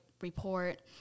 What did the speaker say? report